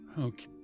Okay